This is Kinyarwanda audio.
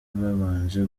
babanje